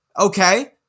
Okay